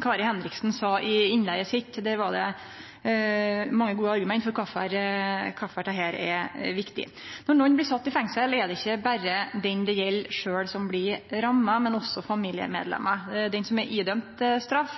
Kari Henriksen sa i innlegget sitt. Der var det mange gode argument for kvifor dette er viktig. Når nokon blir sette i fengsel, er det ikkje berre den det gjeld sjølv som blir ramma, men også familiemedlemar. Den som er dømd til straff,